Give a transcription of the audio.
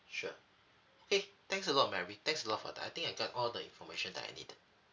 sure okay thanks a lot mary thanks a lot for that I think I got all the information that I need